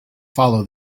follow